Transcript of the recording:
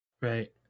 right